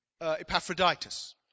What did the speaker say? Epaphroditus